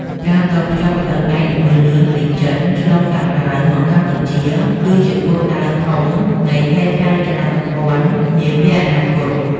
ការតភ្ជាប់ផ្លូវដែកល្បឿនលឿនពីចិន ឆ្លងកាត់ឡាវ មកកម្ពុជា គឺជាគោលដៅធំនៃហេដ្ឋារចនាសម្ព័ន្ធនាពេលអនាគត។